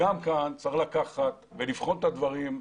שגם כאן צריך לקחת ולבחון את הדברים,